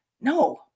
no